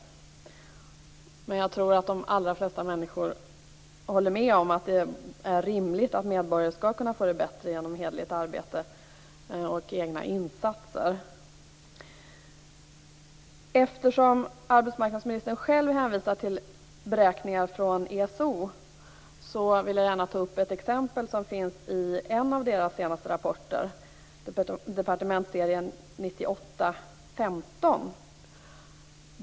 Men jag tror att de allra flesta människor håller med om att det är rimligt att medborgare skall kunna få det bättre genom hederligt arbete och egna insatser. Eftersom arbetsmarknadsministern själv hänvisar till beräkningar från ESO vill jag gärna ta upp ett exempel som finns i en av deras senaste rapporter, Ds 1998:15.